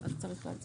אז צריך להצביע.